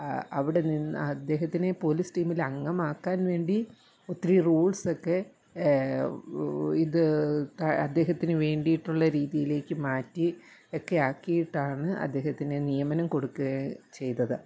അവിടെ നിന്ന് അദ്ദേഹത്തിന് പോലീസ് ടീമിലെ അംഗമാക്കാൻ വേണ്ടി ഒത്തിരി റൂൾസൊക്കെ ഇത് അദ്ദേഹത്തിനു വേണ്ടിയിട്ടുള്ള രീതിയിലേക്ക് മാറ്റിയൊക്കെ ആക്കിയിട്ടാണ് അദ്ദേഹത്തിന് നിയമനം കൊടുക്കുക ചെയ്തത്